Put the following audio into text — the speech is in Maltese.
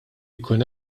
jkun